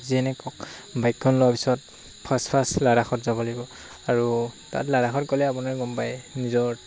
যেনে বাইকখন লোৱাৰ পিছত ফাৰ্ষ্ট ফাষ্ট লাদাখত যাব লাগিব আৰু তাত লাদাখত গ'লে আপোনাৰ গম পায়ে নিজৰ